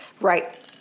Right